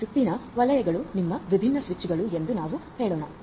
ಈ ಸುತ್ತಿನ ವಲಯಗಳು ನಿಮ್ಮ ವಿಭಿನ್ನ ಸ್ವಿಚ್ಗಳು ಎಂದು ನಾವು ಹೇಳೋಣ